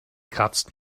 kratzt